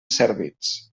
servits